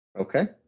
Okay